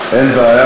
אוקיי, אין בעיה.